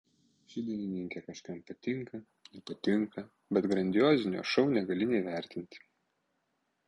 ši dainininkė kažkam patinka nepatinka bet grandiozinio šou negali neįvertinti